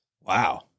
Wow